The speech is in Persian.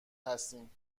هستیم